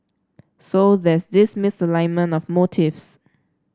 so there's this misalignment of motives